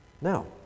Now